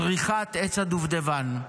פריחת עץ הדובדבן.